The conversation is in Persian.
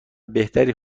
بهتری